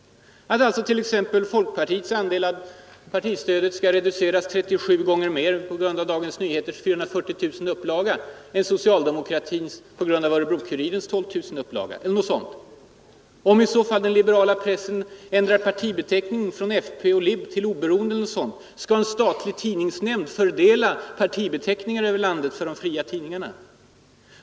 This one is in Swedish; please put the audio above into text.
Skall t.ex. folkpartiets andel av partistödet reduceras 37 gånger mer, till följd av Dagens Nyheters upplaga på 440 000 exemplar. än socialdemokratins andel till följd av Örebro-Kurirens upplaga på 12 000 exemplar, eller något sådant? Om den liberala pressen ändrar partibeteckning från och till eller något sådant, skall i så fall en statlig tidningsnämnd fördela stödet efter partibeteckningarna över landet för de fria tidningarna?